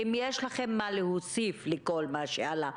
אם יש לכם מה להוסיף לכל מה שעלה,